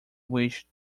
which